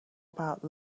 about